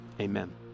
amen